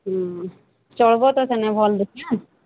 ହୁଁ ଚଳିବ ତା ସାଙ୍ଗେ ଭଲ ଦେଖିବା